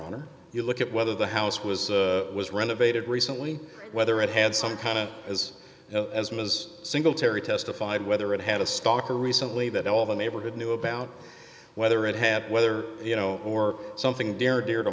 honor you look at whether the house was was renovated recently whether it had some kind of as well as my singletary testified whether it had a stock or recently that all the neighborhood knew about whether it had whether you know or something there dear to